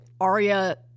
Arya